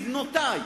לבנותי,